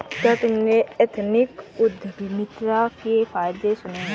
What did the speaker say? क्या तुमने एथनिक उद्यमिता के फायदे सुने हैं?